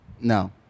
no